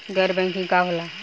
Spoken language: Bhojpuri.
गैर बैंकिंग का होला?